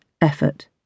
effort